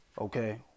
Okay